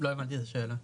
לא הבנתי את השאלה.